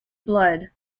blood